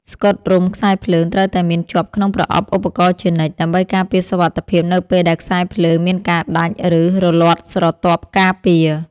ស្កុតរុំខ្សែភ្លើងត្រូវតែមានជាប់ក្នុងប្រអប់ឧបករណ៍ជានិច្ច ដើម្បីការពារសុវត្ថិភាពនៅពេលដែលខ្សែភ្លើងមានការដាច់ ឬរលាត់ស្រទាប់ការពារ។